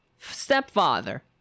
stepfather